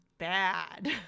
bad